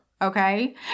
Okay